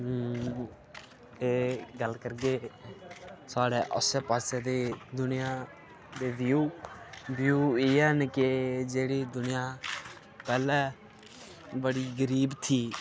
एह् गल्ल करगे साढ़े आसै पासै दी दुनिया दे व्यू व्यू एह् हैन के जेह्ड़ी दुनिया पैह्ले बड़ी गरीब थी